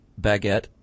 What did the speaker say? baguette